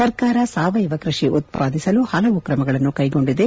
ಸರ್ಕಾರ ಸಾವಯವ ಕೃಷಿ ಉತ್ವಾದಿಸಲು ಹಲವು ಕ್ರಮಗಳನ್ನು ಕೈಗೊಂಡಿದೆ